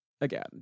Again